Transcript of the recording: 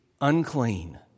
unclean